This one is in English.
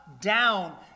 down